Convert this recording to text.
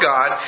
God